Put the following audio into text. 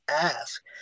ask